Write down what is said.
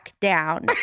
down